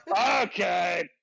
okay